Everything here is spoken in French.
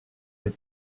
les